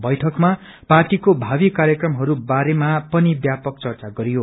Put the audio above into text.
बैठकमा पार्टीको भावी कार्यक्रमहरू बारेमा पनि ब्यापक चर्चा गरियो